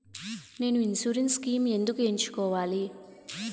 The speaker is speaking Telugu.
నేను ఇన్సురెన్స్ స్కీమ్స్ ఎందుకు ఎంచుకోవాలి?